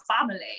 family